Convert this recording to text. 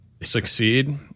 succeed